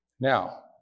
Now